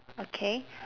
okay